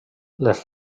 les